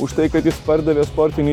už tai kad jis pardavė sportinį